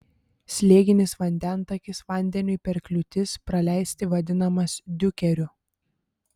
slėginis vandentakis vandeniui per kliūtis praleisti vadinamas diukeriu